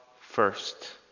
first